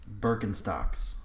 Birkenstocks